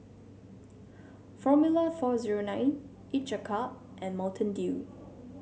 Formula four zero nine each a cup and Mountain Dew